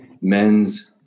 men's